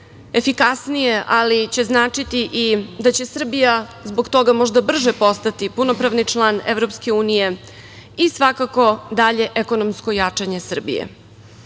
efikasnije, ali će značiti i da će Srbija zbog toga možda brže postati punopravni član EU i, svakako, dalje ekonomsko jačanje Srbije. Ono